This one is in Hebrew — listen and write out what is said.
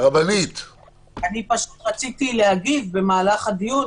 אני פשוט רציתי להגיב במהלך הדיון,